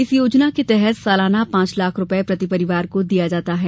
इस योजना के तहत सालाना पांच लाख रुपये प्रति परिवार को दिया जाता है